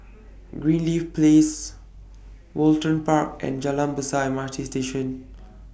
Greenleaf Place Woollerton Park and Jalan Besar M R T Station